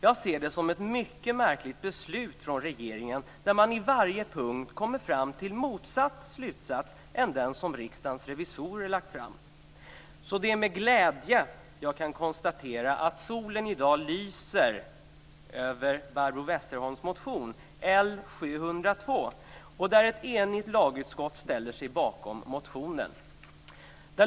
Jag ser det som ett mycket märkligt beslut av regeringen, där man i varje punkt kommer fram till motsatt slutsats mot den som Riksdagens revisorer har lagt fram. Det är med glädje jag kan konstatera att solen i dag lyser över Barbro Westerholms motion L702. Ett enigt lagutskott ställer sig bakom motionen.